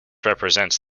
represents